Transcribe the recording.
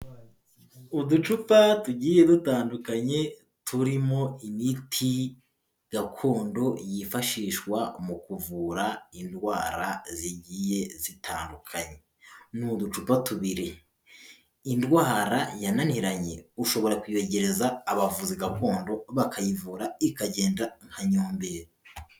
Uducupa tugiye dutandukanye turimo imiti gakondo yifashishwa mu kuvura indwara zigiye zitandukanye, n'uducupa tubiri indwara yananiranye ushobora kwiyegereza abavuzi gakondo bakayivura ikagenda nka nyombeye.